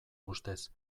ustez